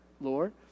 Lord